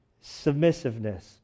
submissiveness